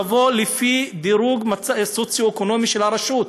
לבוא לפי הדירוג הסוציו-אקונומי של הרשות.